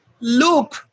loop